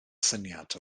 syniad